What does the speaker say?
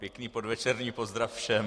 Pěkný podvečerní pozdrav všem.